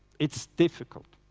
it's difficult.